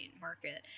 market